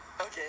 Okay